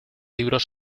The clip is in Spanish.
libros